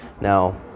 Now